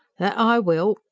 that i will,